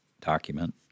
document